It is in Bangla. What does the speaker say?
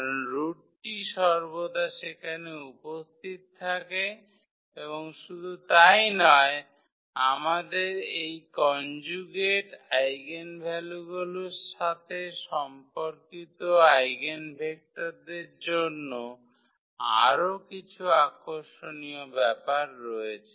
কারণ রুটটি সর্বদা সেখানে উপস্থিত থাকে এবং শুধু তাই নয় আমাদের এই কনজুগেট আইগেনভ্যালুগুলির সাথে সম্পর্কিত আইগেনভেক্টরদের জন্য আরও কিছু আকর্ষণীয় ব্যাপার রয়েছে